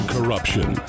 Corruption